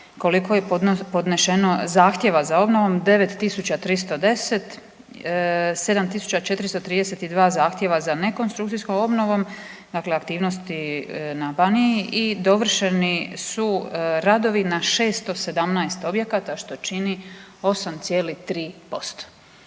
koliko je podneseno zahtjeva za obnovom. 9 tisuća 310, 7 tisuća 432 zahtjeva za nekonstrukcijskom obnovom, dakle aktivnosti na Baniji i dovršeni su radovi na 617 objekata što čini 8,3%.